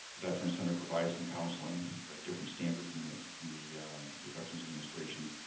veterans center provided some counseling with a different standard from the from the the veterans administration.